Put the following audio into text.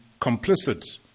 complicit